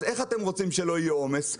אז איך אתם רוצים שלא יהיה עומס?